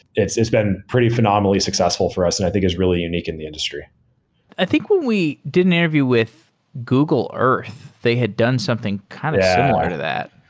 it's it's been pretty phenomenally successful for us and i think it's really unique in the industry i think when we did an interview with google earth, they had done something kind of similar yeah ah to that.